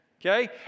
Okay